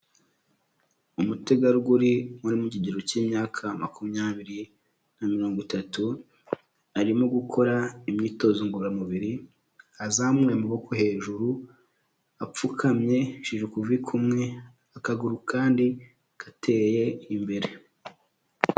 Umutegarugori uri mu kigero cy'imyaka makumyabiri na mirongo itatu, arimo gukora imyitozo ngororamubiri azamuye amaboko hejuru, apfukamishije ukuvi kumwe, akaguru kandi gateye imbere.